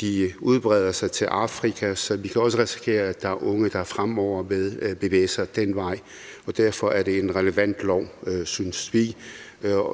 de udbreder sig til Afrika, så vi kan også risikere, at der er unge, der fremover vil bevæge sig den vej. Og derfor er det en relevant lov, synes vi,